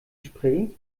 spray